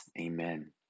Amen